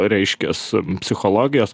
reiškias psichologijos